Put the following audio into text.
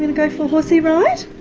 to go for a horsy ride,